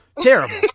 Terrible